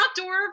outdoor